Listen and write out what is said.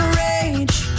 rage